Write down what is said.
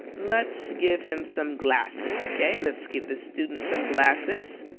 let's give him some glasses, okay? let's give this student some glasses.